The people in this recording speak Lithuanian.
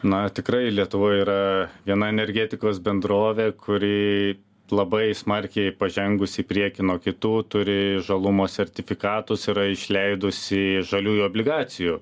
na tikrai lietuvoj yra viena energetikos bendrovė kuri labai smarkiai pažengus į priekį nuo kitų turi žalumo sertifikatus yra išleidusi žaliųjų obligacijų